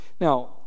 Now